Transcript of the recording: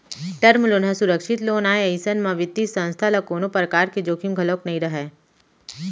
term loan ह सुरक्छित loan आय अइसन म बित्तीय संस्था ल कोनो परकार के जोखिम घलोक नइ रहय